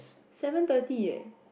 seven thirty leh